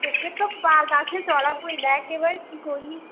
তোকে তো পা গাছে চড়াবোই দেখ এবার কি করি